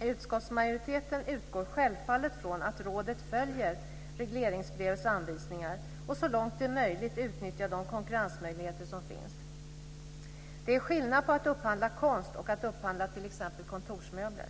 Utskottsmajoriteten utgår självfallet från att rådet följer regleringsbrevets anvisningar och så långt det är möjligt utnyttjar de konkurrensmöjligheter som finns. Det är skillnad på att upphandla konst och att upphandla t.ex. kontorsmöbler.